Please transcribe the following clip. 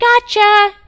Gotcha